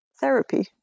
therapy